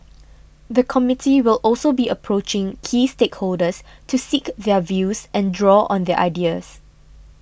the committee will also be approaching key stakeholders to seek their views and draw on their ideas